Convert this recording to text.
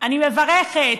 אני מברכת,